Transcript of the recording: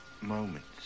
moments